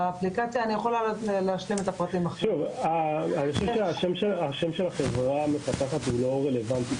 אני חושב שהשם של החברה המפתחת הוא לא רלוונטי,